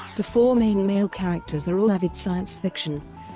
the four main male characters are all avid science fiction,